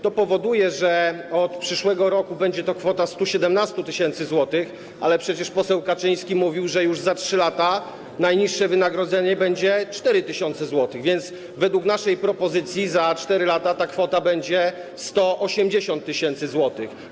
To powoduje, że od przyszłego roku będzie to kwota 117 tys. zł, ale przecież poseł Kaczyński mówił, że już za 3 lata najniższe wynagrodzenie będzie wynosiło 4 tys. zł, więc według naszej propozycji za 4 lata ta kwota będzie wynosiła 180 tys. zł.